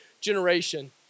generation